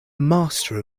master